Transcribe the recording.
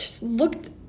looked